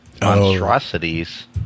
monstrosities